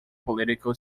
political